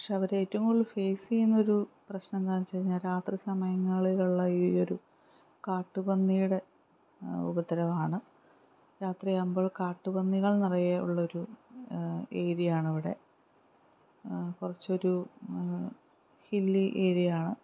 പക്ഷെ അവർ ഏറ്റവും കൂടുതൽ ഫേസ് ചെയ്യുന്നൊരു പ്രശ്നം എന്താണെന്ന് വച്ചു കഴിഞ്ഞാൽ രാത്രി സമയങ്ങളിലുള്ള ഈ ഒരു കാട്ടുപന്നിയുടെ ഉപദ്രവമാണ് രാത്രി ആകുമ്പോൾ കാട്ടുപന്നികൾ നിറയെ ഉള്ളൊരു ഏരിയയാണ് ഇവിടെ കുറച്ചൊരു ഹില്ലി ഏരിയാണ്